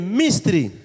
mystery